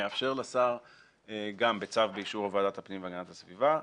מאפשר לשר בצו באישור ועדת הפנים והגנת הסביבה,